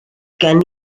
gen